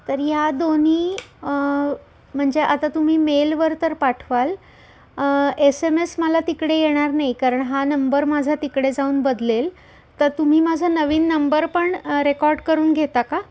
तर ह्या दोन्ही म्हणजे आता तुम्ही मेलवर तर पाठवाल एस एम एस मला तिकडे येणार नाही कारण हा नंबर माझा तिकडे जाऊन बदलेल तर तुम्ही माझा नवीन नंबर पण रेकॉर्ड करून घेता का